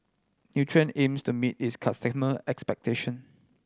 Nutren aims to meet its customer expectation